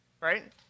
Right